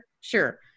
sure